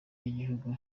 ryigihugu